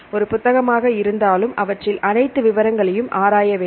ஒரு புத்தகமாக இருந்தாலும் அவற்றில் அனைத்து விவரங்களையும் ஆராயவேண்டும்